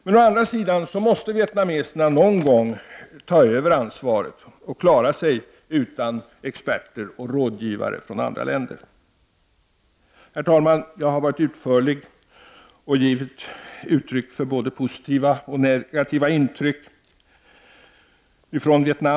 Men å andra sidan måste vietnameserna någon gång ta över ansvaret och klara sig utan experter och rådgivare från andra länder. Herr talman! Jag har varit utförlig och givit uttryck för båda positiva och negativa intryck från Vietnam.